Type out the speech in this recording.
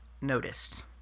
noticed